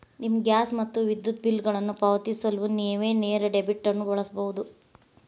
ನಿಮ್ಮ ಗ್ಯಾಸ್ ಮತ್ತು ವಿದ್ಯುತ್ ಬಿಲ್ಗಳನ್ನು ಪಾವತಿಸಲು ನೇವು ನೇರ ಡೆಬಿಟ್ ಅನ್ನು ಬಳಸಬಹುದು